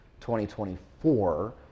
2024